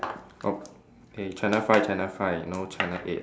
ok~ eh channel five channel five no channel eight